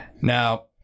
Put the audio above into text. Now